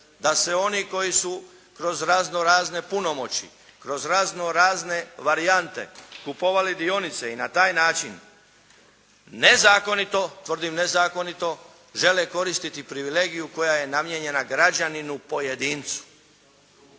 da se oni koji su kroz razno razne punomoći, kroz razno razne varijante kupovali dionice i na taj način nezakonito, tvrdim nezakonito žele koristiti privilegiju koja je namijenjena građaninu pojedincu.